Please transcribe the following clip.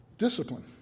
discipline